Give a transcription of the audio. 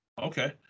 Okay